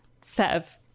set